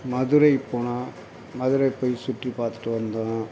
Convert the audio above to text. மதுரை போனோம் மதுரை போய் சுற்றிப் பார்த்துட்டு வந்தோம்